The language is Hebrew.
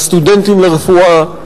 הסטודנטים לרפואה.